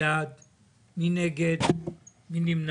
אנחנו מצביעים על זה כמקבצים.